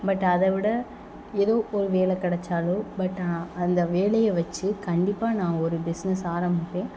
but அதை விட எதோ ஒரு வேலை கிடைச்சாலோ பட் அந்த வேலையை வச்சு கண்டிப்பாக நான் ஒரு பிஸ்னஸ் ஆரம்பிப்பேன்